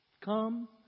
Come